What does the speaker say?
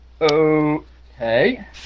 Okay